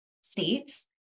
states